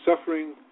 suffering